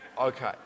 okay